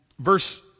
verse